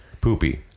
poopy